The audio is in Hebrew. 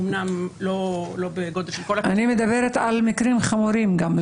אומנם לא בגודל של כל --- אני מדברת על דברים חמורים גם,